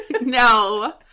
No